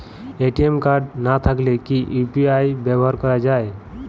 ATM card না থাকলে কি ইউ.পি.আই ব্যবহার করা য়ায়?